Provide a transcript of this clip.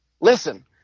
listen